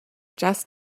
just